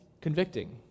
convicting